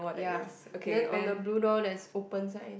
ya then on the blue door there's open sign